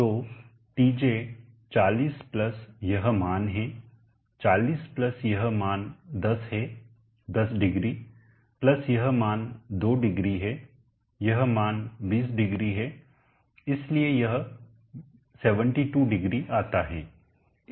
तो Tj 40 plus यह मान है 40 प्लस यह मान 10 है 100 प्लस यह मान 20 है यह मान 200 है इसलिए यह 720C आता है